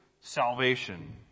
salvation